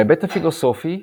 בהיבט הפילוסופי,